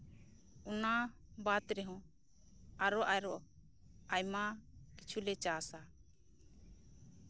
ᱚᱱᱟ ᱵᱟᱫᱽ ᱨᱮᱦᱚᱸ ᱟᱨᱚᱼᱟᱨᱚ ᱟᱭᱢᱟ ᱠᱤᱪᱷᱩ ᱞᱮ ᱪᱟᱥᱟ